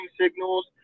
signals